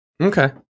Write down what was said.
Okay